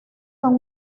son